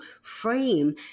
frame